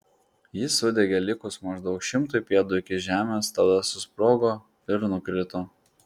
jis sudegė likus maždaug šimtui pėdų iki žemės tada susprogo ir nukrito